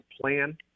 plan